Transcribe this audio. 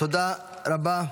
תודה רבה.